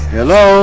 Hello